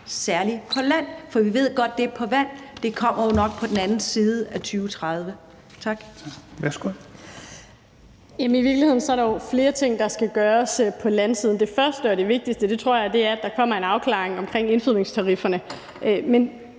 særlig på land? For vi ved godt, at det på vand jo nok kommer på den anden side af 2030. Tak.